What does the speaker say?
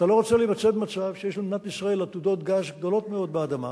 אתה לא רוצה להימצא במצב שיש למדינת ישראל עתודות גז גדולות מאוד באדמה,